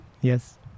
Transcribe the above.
Yes